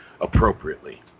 appropriately